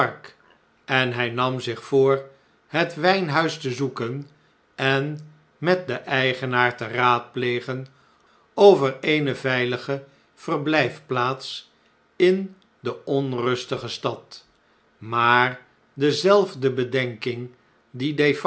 en hj nam zich voor het wijnhuis te zoeken en met den eigenaar te raadplegen over eene veilige verbln'fplaats in de onrustige stad maar dezelfde bedenking die